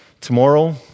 Tomorrow